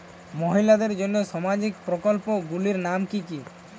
মহিলাদের জন্য সামাজিক প্রকল্প গুলির নাম কি কি?